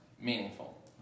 meaningful